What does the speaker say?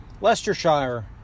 Leicestershire